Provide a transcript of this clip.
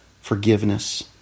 forgiveness